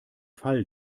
fall